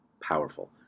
powerful